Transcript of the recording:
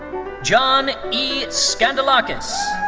john e. skandalakis.